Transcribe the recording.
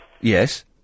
Yes